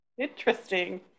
interesting